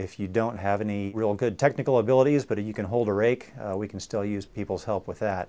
if you don't have any real good technical abilities but if you can hold a rake we can still use people's help with that